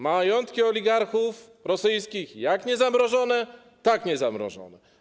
Majątki oligarchów rosyjskich jak niezamrożone, tak niezamrożone.